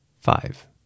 five